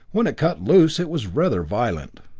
when it cut loose, it was rather violent.